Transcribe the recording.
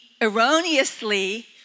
erroneously